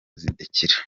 zidakira